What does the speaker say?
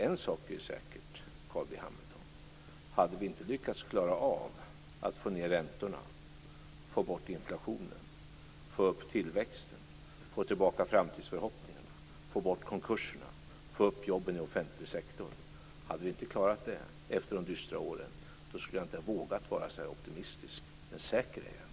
En sak är säker, Carl B Hamilton: Hade vi efter de dystra åren inte lyckats att få ned räntorna, få bort inflationen, få upp tillväxten, få tillbaka framtidsförhoppningarna, få bort konkurserna och få upp jobben inom offentlig sektor, skulle jag inte ha vågat vara så här optimistisk, men säker är jag inte.